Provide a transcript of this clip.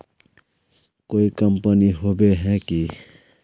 कोई कंपनी होबे है की?